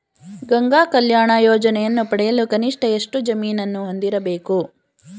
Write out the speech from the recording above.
ಗಂಗಾ ಕಲ್ಯಾಣ ಯೋಜನೆಯನ್ನು ಪಡೆಯಲು ಕನಿಷ್ಠ ಎಷ್ಟು ಜಮೀನನ್ನು ಹೊಂದಿರಬೇಕು?